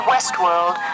Westworld